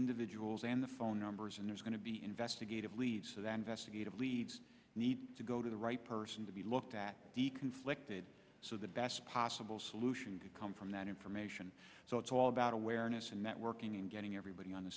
individuals and the phone numbers and there's going to be investigative leads so that investigative leads need to go to the right person to be looked at the conflict so the best possible solution to come from that information so it's all about awareness and networking and getting everybody on the